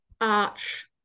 arch